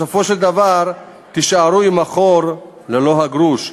בסופו של דבר תישארו עם החור ללא הגרוש,